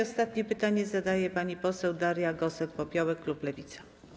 Ostatnie pytanie zadaje pani poseł Daria Gosek-Popiołek, klub Lewica.